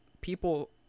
people